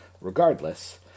regardless